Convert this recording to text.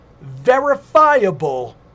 verifiable